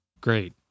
great